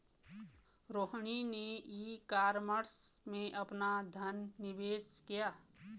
रोहिणी ने e commerce में अपना धन निवेश किया